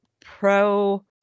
pro